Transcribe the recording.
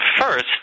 first